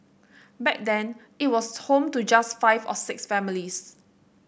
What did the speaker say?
back then it was home to just five or six families